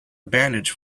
bandage